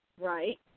Right